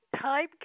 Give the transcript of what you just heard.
time